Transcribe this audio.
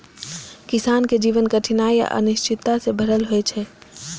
किसानक जीवन कठिनाइ आ अनिश्चितता सं भरल होइ छै